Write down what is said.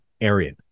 area